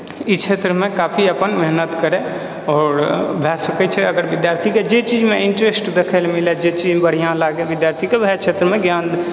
ई क्षेत्रमे काफी अपन मेहनत करै आओर भए सकै छै अगर विद्यार्थीके जे चीजमे इंटरेस्ट देखै लअ मिलै जे चीज बढ़िआँ लागै विद्यार्थीके वएहे क्षेत्रमे ज्ञान